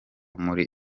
muri